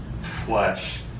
flesh